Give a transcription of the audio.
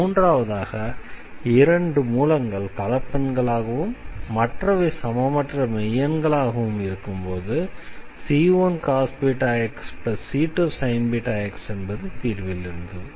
மூன்றாவதாக இரண்டு மூலங்கள் கலப்பெண்களாகவும் மற்றவை சமமற்ற மெய்யெண்கள் ஆகவும் இருக்கும்போது c1cos βx c2sin βx என்பது தீர்வில் இருந்தது